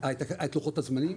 את לוחות הזמנים?